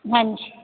ਹਾਂਜੀ